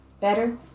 Better